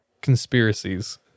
conspiracies